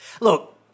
Look